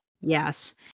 Yes